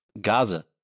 Gaza